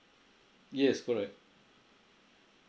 yes correct